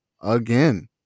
again